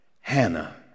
Hannah